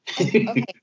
Okay